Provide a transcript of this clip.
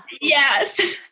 Yes